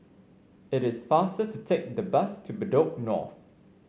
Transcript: it is faster to take the bus to Bedok North